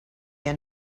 end